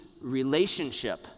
relationship